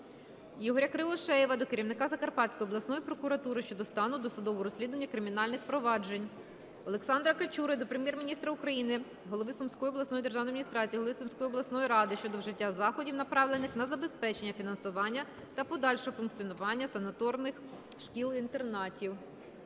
Ігоря Кривошеєва до керівника Закарпатської обласної прокуратури щодо стану досудового розслідування кримінальних проваджень. Олександра Качури до Прем'єр-міністра України, голови Сумської обласної державної адміністрації, голови Сумської обласної ради щодо вжиття заходів, направлених на забезпечення фінансування та подальшого функціонування санаторних шкіл-інтернатів.